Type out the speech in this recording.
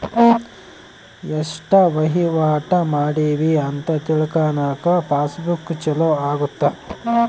ಎಸ್ಟ ವಹಿವಾಟ ಮಾಡಿವಿ ಅಂತ ತಿಳ್ಕನಾಕ ಪಾಸ್ ಬುಕ್ ಚೊಲೊ ಅಗುತ್ತ